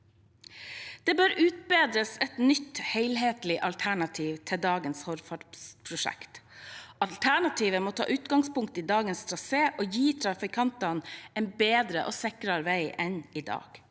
Det bør utarbeides et nytt og helhetlig alternativ til dagens Hordfast-prosjekt. Alternativet må ta utgangspunkt i dagens trasé og gi trafikantene en bedre og sikrere vei enn i dag.